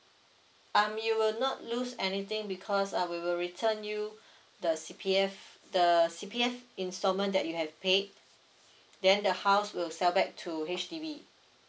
um you will not lose anything because uh we will return you the C_P_F the C_P_F installment that you have paid then the house will sell back to H_D_B